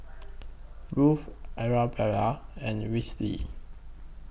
Ruth Arabella and Wesley